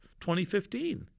2015